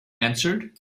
answered